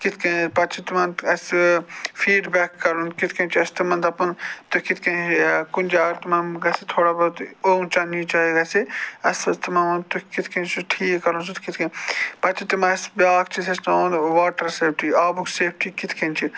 کِتھ کٔنۍ پَتہٕ چھِ تِمن اَسہِ فیٖڈ بیک کَرُن کِتھ کٔنۍ چھُ اَسہِ تِمن دَپُن تُہۍ کِتھ کٔنۍ کُنہِ جایہ اگر تِمن گَژھِ تھوڑا بہت اونچا نیٖچا گَژھِ اَسہِ پَزِ تِمَن وَنُن تُہۍ کِتھ کٔنۍ چھُو ٹھیٖک کَرُن سُہ تہٕ کِتھ کٔنۍ پَتہٕ چھُ تِمن اَسہِ بیاکھ چیٖز ہیٚچھناوُن واٹر سیفٹی آبُک سیفٹی کِتھ کٔنۍ چھِ